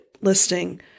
listing